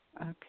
Okay